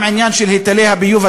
גם עניין היטלי הביוב,